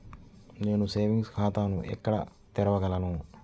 నేను సేవింగ్స్ ఖాతాను ఎక్కడ తెరవగలను?